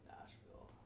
Nashville